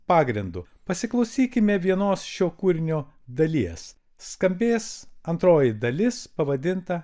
pagrindu pasiklausykime vienos šio kūrinio dalies skambės antroji dalis pavadinta